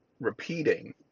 repeating